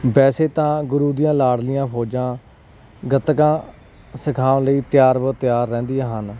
ਵੈਸੇ ਤਾਂ ਗੁਰੂ ਦੀਆਂ ਲਾਡਲੀਆਂ ਫੌਜਾਂ ਗਤਕਾਂ ਸਿਖਾਉਣ ਲਈ ਤਿਆਰ ਬਰ ਤਿਆਰ ਰਹਿੰਦੀਆਂ ਹਨ